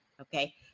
Okay